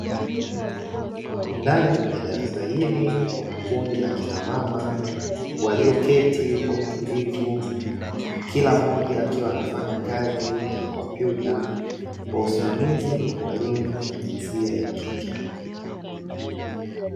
Ndani ya darasa hili kuna kundi la kina mama walioketi kwa utulivu kila mmoja akiwa anafanya kazi kwenye kompyuta kwa usimamizi wa mwalimu wa jinsia ya kike.